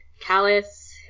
callous